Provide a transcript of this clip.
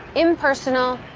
impersonal,